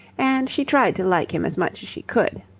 and she tried to like him as much as she could.